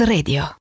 Radio